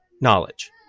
knowledge